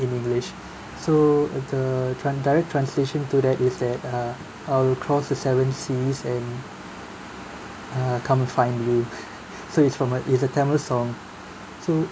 in english so the tran~ direct translation to that is that uh I'll cross the seven seas and uh come and find you so it's from a it's a tamil song so